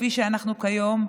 כפי שאנחנו כיום,